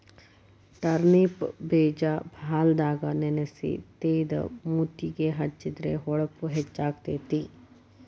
turnip ಬೇಜಾ ಹಾಲದಾಗ ನೆನಸಿ ತೇದ ಮೂತಿಗೆ ಹೆಚ್ಚಿದ್ರ ಹೊಳಪು ಹೆಚ್ಚಕೈತಿ